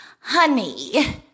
honey